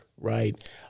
Right